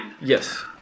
Yes